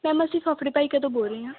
ma'am ਅਸੀਂ ਭਾਈਕੇ ਤੋਂ ਬੋਲ ਰਹੇ ਹਾਂ